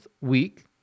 week